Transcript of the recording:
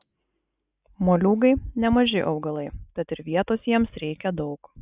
moliūgai nemaži augalai tad ir vietos jiems reikia daug